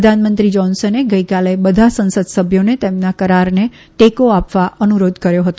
પ્રધાનમંત્રી જોન્સને ગઇકાલે બધા સંસદ સભ્યોને તેમના કરારને ટેકો આપવા અનુરોધ કર્યો હતો